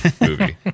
movie